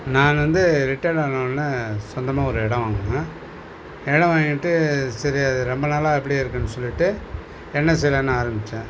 நான் வந்து ரிட்டைர்ட் ஆனால் உடனே சொந்தமாக ஒரு இடம் வாங்கினேன் இடம் வாங்கிவிட்டு சரி அது ரொம்ப நாளாக இப்படியே இருக்குன்னு சொல்லிவிட்டு என்ன செய்யலான்னு ஆரமிச்சேன்